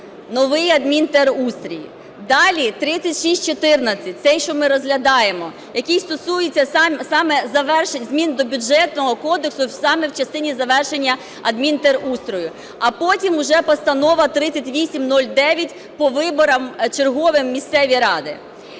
новий адмінтерустрій, далі - 3614, цей, що ми розглядаємо, який стосується саме змін до Бюджетного кодексу саме в частині завершення адмінтерустрою, а потім вже постанова 3809 по виборам черговим у місцеві ради.